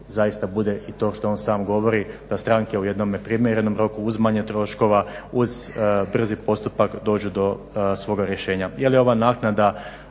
zaista bude i to što on i sam govori da stranke u jednome primjerenom roku uzimanja troškova uz brzi postupak dođu do svoga rješenja.